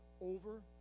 over